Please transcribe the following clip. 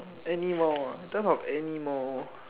animal ah in terms of animal